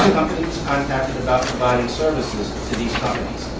and about providing services to these companies.